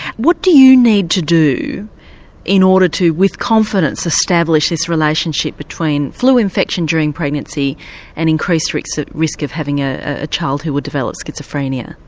what do you need to do in order to, with confidence, establish this relationship between flu infection during pregnancy and increased risk so risk of having a ah child who would develop schizophrenia?